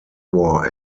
war